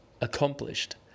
Accomplished